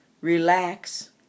relax